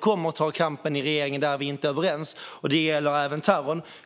kommer att ta kampen med regeringen där vi inte är överens. Det gäller även terrorn.